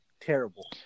terrible